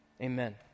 amen